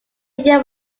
year